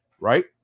right